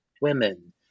women